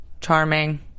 charming